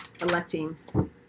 electing